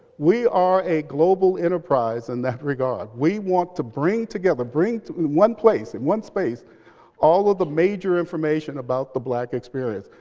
we are a global enterprise in that regard. we want to bring together one place in one space all of the major information about the black experience,